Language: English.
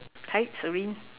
hi Serene